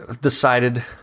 decided